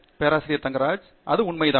பேராசிரியர் ஆண்ட்ரூ தங்கராஜ் அது உண்மைதான்